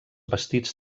vestits